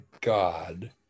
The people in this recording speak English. God